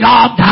God